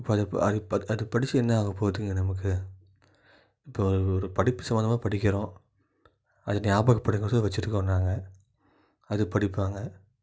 இப்போ அதை அதை அது படிச்சு என்ன ஆகப் போகுதுங்க நமக்கு இப்போ ஒரு ஒரு படிப்பு சம்மந்தமாக படிக்கிறோம் அது ஞாபக வச்சுருக்கோம் நாங்கள் அது படிப்பாங்க